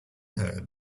heard